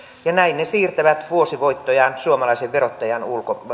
ja näin ne siirtävät vuosivoittojaan suomalaisen verottajan